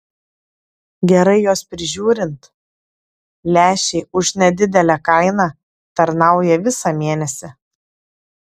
gerai juos prižiūrint lęšiai už nedidelę kainą tarnauja visą mėnesį